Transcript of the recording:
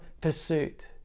pursuit